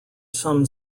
some